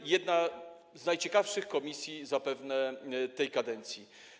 To jedna z najciekawszych komisji zapewne tej kadencji.